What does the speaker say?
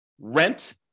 rent